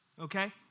okay